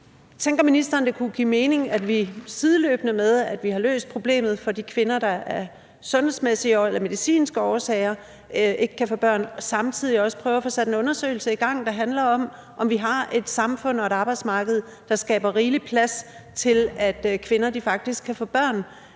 ministeren, at det kunne give mening, at vi sideløbende med at løse problemet for de kvinder, der af medicinske årsager ikke kan få børn, også prøver at få sat en undersøgelse i gang, der handler om, om vi har et samfund og et arbejdsmarked, der skaber rigelig plads til, at kvinder faktisk kan få børn,